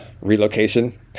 relocation